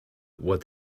what